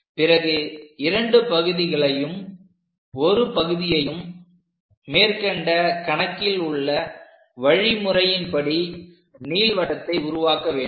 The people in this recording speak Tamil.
பிறகு இரண்டு பகுதிகளையும் 1 பகுதியையும் மேற்கண்ட கணக்கில் உள்ள வழிமுறையின் படி நீள் வட்டத்தை உருவாக்க வேண்டும்